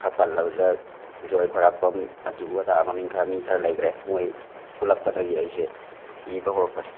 ꯈꯔ ꯄꯜꯂꯕꯗ ꯖꯣꯏ ꯈ꯭ꯋꯥꯏꯔꯥꯛꯄꯝ ꯑꯗꯨ ꯑꯗꯥ ꯃꯃꯤꯡ ꯈꯔ ꯃꯤ ꯈꯔꯥ ꯂꯩꯒ꯭ꯔꯦ ꯃꯣꯏ ꯄꯨꯜꯂꯛꯄꯗꯒꯤ ꯑꯩꯁꯦ ꯏꯕ ꯍꯧꯔꯛꯄꯅꯤ